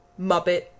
Muppet